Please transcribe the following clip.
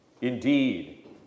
Indeed